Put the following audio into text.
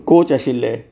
कॉच आशिल्ले